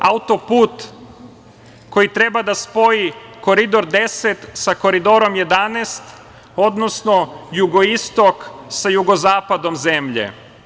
Autoput koji treba da spoji Koridor 10 sa Koridorom 11, odnosno Jugoistok sa jugozapadom zemlje.